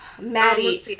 Maddie